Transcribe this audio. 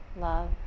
love